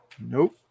Nope